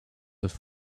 have